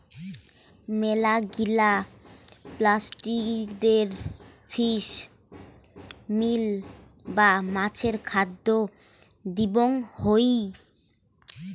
মেলাগিলা পোল্ট্রিদের fish meal বা মাছের খাদ্য দিবং হই